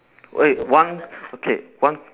wait one okay one